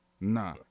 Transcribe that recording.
Nah